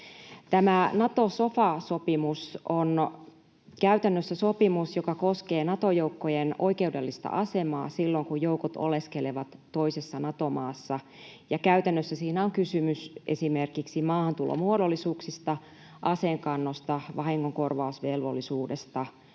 Tämä Nato-sofa-sopimus on käytännössä sopimus, joka koskee Nato-joukkojen oikeudellista asemaa silloin, kun joukot oleskelevat toisessa Nato-maassa. Käytännössä siinä on kysymys esimerkiksi maahantulomuodollisuuksista, aseenkannosta, vahingonkorvausvelvollisuudesta,